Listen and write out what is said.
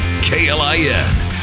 KLIN